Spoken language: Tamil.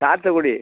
சாத்துக்குடி